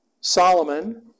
Solomon